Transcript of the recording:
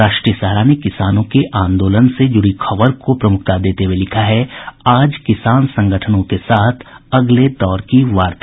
राष्ट्रीय सहारा ने किसानों के आंदोलन से जुड़ी खबर को प्रमुखता देते हुये लिखा है आज किसान संगठनों के साथ अगले दौर की वार्ता